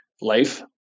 life